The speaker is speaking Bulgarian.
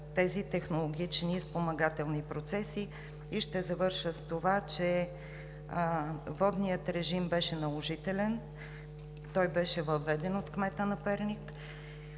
тези технологични спомагателни процеси. Ще завърша с това, че водният режим беше наложителен и беше въведен от кмета на Перник.